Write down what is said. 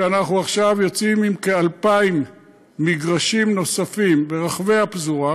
אנחנו עכשיו יוצאים עם כ-2,000 מגרשים נוספים ברחבי הפזורה,